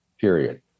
period